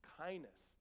kindness